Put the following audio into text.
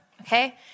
okay